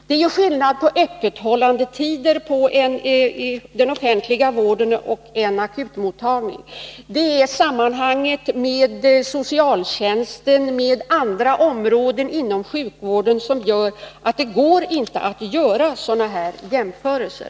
Det är skillnad beträffande öppethållandetider mellan den offentliga vården och privata akutmottagningar. Också sammanhanget med socialtjänsten och med de andra områdena inom sjukvården innebär att det inte går att göra sådana jämförelser.